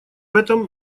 этом